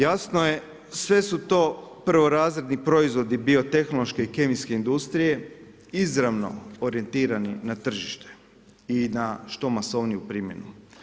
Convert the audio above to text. Jasno je, sve su to prvorazredni proizvodi biotehnološke i kemijske industrije izravno orijentirani na tržište i na što masovniju primjenu.